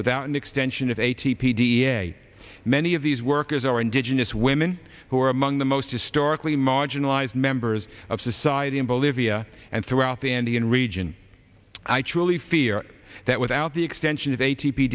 without an extension of eighty p d s a many of these workers are indigenous women who are among the most historically marginalized members of society in bolivia and throughout the andean region i truly fear that without the extension